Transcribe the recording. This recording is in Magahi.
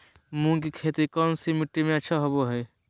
मूंग की खेती कौन सी मिट्टी अच्छा होबो हाय?